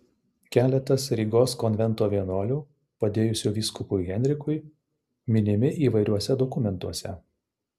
keletas rygos konvento vienuolių padėjusių vyskupui henrikui minimi įvairiuose dokumentuose